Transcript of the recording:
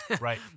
Right